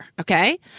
okay